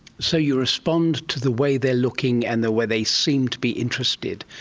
so you respond to the way they are looking and the way they seem to be interested.